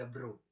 bro